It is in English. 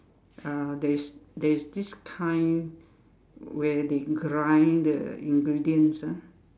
uh there is there is this kind where they grinds the ingredients ah